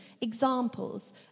examples